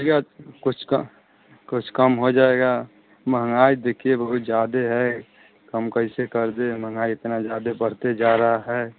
ठीक है कुछ कम कुछ कम हो जाएगा महँगाई देखिए वह भी ज़्यादा है कम कैसे कर दें महँगाई इतनी ज़्यादा बढ़ती जा रही है